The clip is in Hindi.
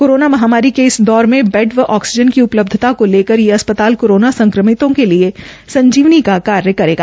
कोरोना महामारी के इस दौर में बेड व ऑक्सीजन की उपलब्धता को लेकर यह अस्पताल कोरोना संक्रमितों के लिए संजीवनी का कार्य करेगा